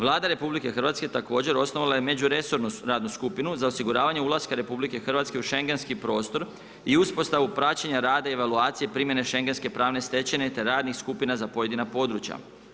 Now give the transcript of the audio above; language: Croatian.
Vlada RH također osnovala je međuresornu radnu skupinu za osiguravanje ulaska RH u šengenski prostor i uspostavu praćenja rada i evaluacije, primjene šengenske pravne stečevine te radnih skupina za pojedina područja.